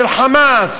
של "חמאס",